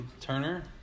Turner